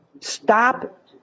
Stop